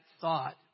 thought